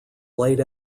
laid